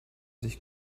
sich